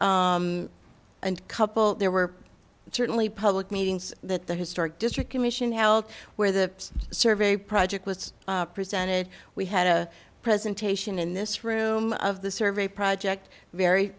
hold and couple there were certainly public meetings that the historic district commission held where the survey project was presented we had a presentation in this room of the survey project very